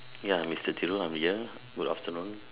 ya mister Thiru I'm here good afternoon